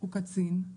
הוא קצין,